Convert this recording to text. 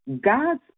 God's